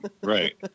Right